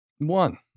One